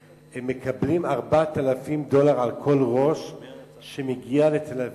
הם מקבלים 4,000 דולר על כל ראש שמגיע לתל-אביב.